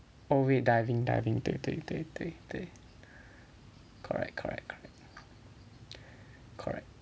oh wait diving diving 对对对对对 correct correct correct